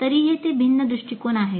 तरीही ते भिन्न दृष्टिकोन आहेत